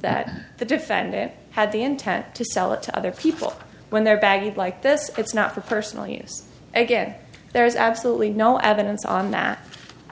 that the defendant had the intent to sell it to other people when they're bagged like this it's not for personal use again there is absolutely no evidence on that